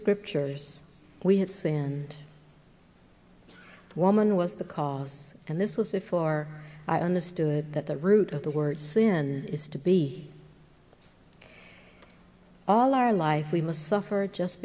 scriptures we had sinned woman was the cause and this was before i understood that the root of the word sin is to be all our life we must suffer just